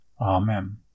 Amen